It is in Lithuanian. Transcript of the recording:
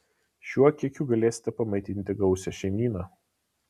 šiuo kiekiu galėsite pamaitinti gausią šeimyną